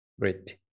Great